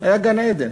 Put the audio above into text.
היה גן-עדן,